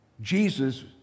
Jesus